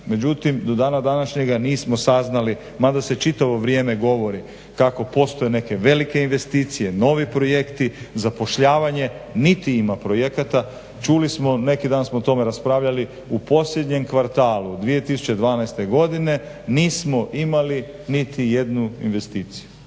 Međutim, do dana današnjega nismo saznali, mada se čitavo vrijeme govori kako postoje neke velike investicije, novi projekti, zapošljavanje. Niti ima projekata. Čuli smo, neki dan smo o tome raspravljali. U posljednjem kvartalu 2012. godine nismo imali niti jednu investiciju.